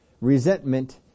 Resentment